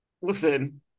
Listen